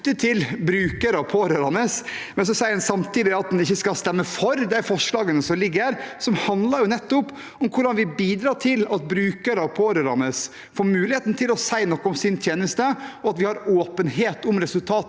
til brukere og pårørende, men samtidig sier en at en ikke skal stemme for forslagene som ligger her, som nettopp handler hvordan vi bidrar til at brukere og pårørende får mulighet til å si noe om sin tjeneste, og at vi har åpenhet om resultatene